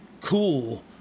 cool